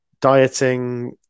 dieting